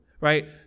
right